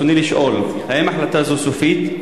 ברצוני לשאול: האם החלטה זאת סופית?